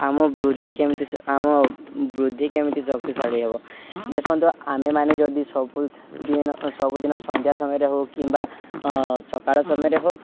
ଆମ ବୃଦ୍ଧି କେମିତି ସ ଆମ ବୃଦ୍ଧି କେମିତି ଶକ୍ତିଶାଳୀ ହେବ ଦେଖନ୍ତୁ ଆମେମାନେ ଯଦି ସବୁଦିନ ସବୁଦିନ ସନ୍ଧ୍ୟା ସମୟରେ ହଉ କିମ୍ବା ସକାଳ ସମୟରେ ହଉ